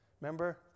Remember